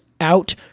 out